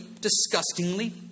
disgustingly